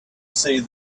see